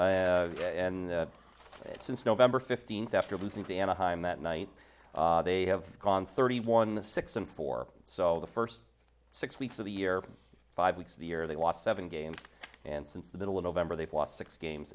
four and since november fifteenth after losing to anaheim that night they have gone thirty one six in four so the first six weeks of the year five weeks of the year they lost seven games and since the middle of november they've lost six games